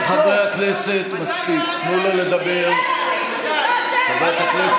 כראש אכ"א לשעבר אני יודעת להגיד בוודאות שהיתרון